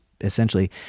essentially